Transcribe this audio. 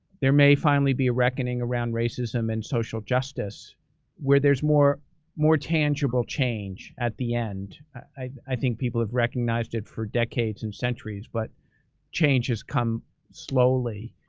there may finally be a reckoning around racism and social justice where there's more more tangible change at the end. i think people have recognized it for decades and centuries, but changes come slowly.